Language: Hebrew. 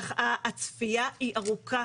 הצפייה היא ארוכה,